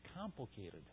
complicated